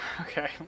okay